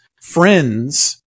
Friends